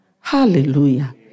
Hallelujah